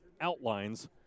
outlines